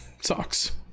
sucks